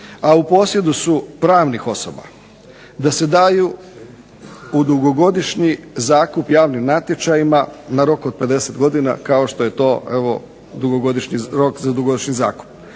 a u posjedu su pravnih osoba. Da se daju u dugogodišnji zakup javnim natječajima na rok od 50 godina kao što je to evo rok za dugogodišnji zakup.